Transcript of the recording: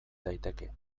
daiteke